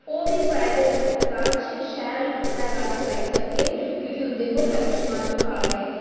ओह् बी प्राइवेट अस्पताल च शैल मतलब अपना इलाज कराई सकदे न क्योंकि उं'दे कोल आयुष्मान कार्ड ऐ